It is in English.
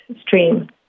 stream